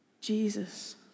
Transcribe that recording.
Jesus